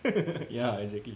yeah exactly